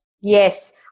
Yes